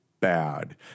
bad